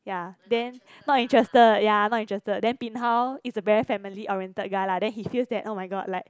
ya then not interested ya not interested then bin hao is a very family oriented guy lah then he feels that oh-my-god like